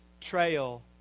trail